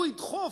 הוא ידחף,